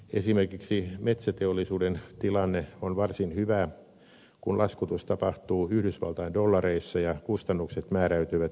esimerkiksi metsäteollisuuden tilanne on varsin hyvä kun laskutus tapahtuu yhdysvaltain dollareissa ja kustannukset määräytyvät europohjaisesti